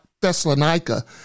Thessalonica